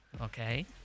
Okay